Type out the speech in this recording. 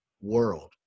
world